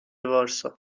وارسا